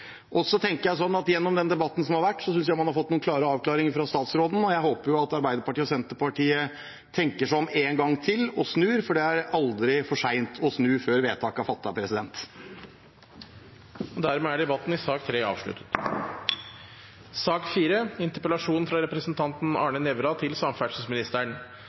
tenker jeg sånn at gjennom den debatten som har vært, har man fått noen klare avklaringer fra statsråden, og jeg håper at Arbeiderpartiet og Senterpartiet tenker seg om en gang til og snur, for det er aldri for sent å snu før vedtak er fattet. Flere har ikke bedt om ordet til sak nr. 3. Aller først vil jeg gjerne si at i denne interpellasjonen vil jeg verken polemisere eller gå til